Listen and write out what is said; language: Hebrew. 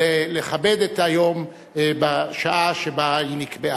לכבד את היום בשעה שנקבעה.